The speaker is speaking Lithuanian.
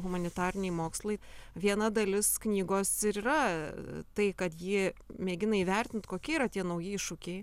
humanitariniai mokslai viena dalis knygos ir yra tai kad ji mėgina įvertint kokie yra tie nauji iššūkiai